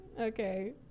Okay